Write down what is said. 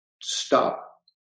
Stop